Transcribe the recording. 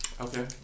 Okay